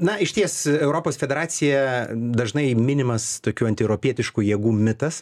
na išties europos federacija dažnai minimas tokių antieuropietiškų jėgų mitas